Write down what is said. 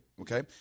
Okay